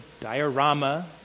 diorama